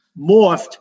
morphed